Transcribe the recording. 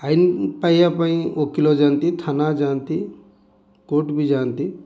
ଆଇନ ପାଇବା ପାଇଁ ଓକିଲ ଯାଆନ୍ତି ଥାନା ଯାଆନ୍ତି କୋର୍ଟ ବି ଯାଆନ୍ତି